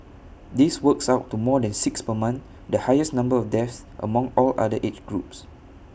this works out to more than six per month the highest number of deaths among all other age groups